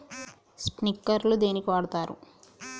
Sprinkler ను దేనికి వాడుతరు?